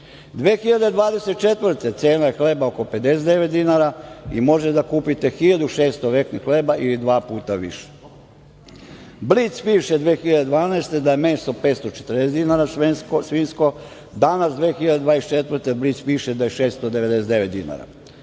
2024. cena hleba je oko 59 dinara i možete da kupite 1.600 vekni hleba ili dva puta više.„Blic“ piše 2012. godine da je meso 540 dinara, svinjsko, danas 2024. godine, „Blic“ piše, je 699 dinara.